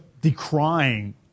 decrying